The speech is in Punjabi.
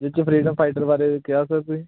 ਜਿਹਦੇ 'ਚ ਫਰੀਡਮ ਫਾਈਟਰ ਬਾਰੇ ਕਿਹਾ ਸਰ ਤੁਸੀਂ